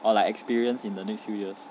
or like experience in the next few years